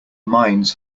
mines